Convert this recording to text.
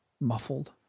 muffled